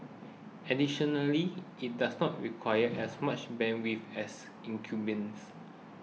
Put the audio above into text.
additionally it does not require as much bandwidth as incumbents